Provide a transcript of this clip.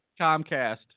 Comcast